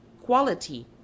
quality